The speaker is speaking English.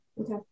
okay